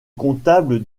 comptable